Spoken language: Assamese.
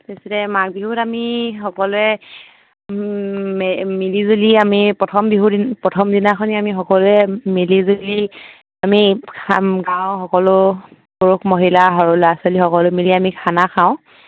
তাৰপিছতে মাঘ বিহুত আমি সকলোৱে মিলি জুলি আমি প্ৰথম বিহু প্ৰথম দিনাখনি আমি সকলোৱে মিলি জুলি আমি সকলো পুৰুষ মহিলা সৰু ল'ৰা ছোৱালী সকলো মিলি আমি খানা খাওঁ